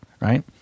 right